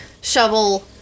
shovel